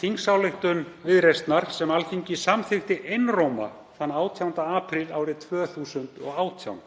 þingsályktun Viðreisnar sem Alþingi samþykkti einróma þann 18. apríl árið 2018